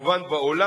כמובן בעולם,